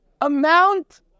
amount